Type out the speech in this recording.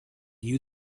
you